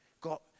got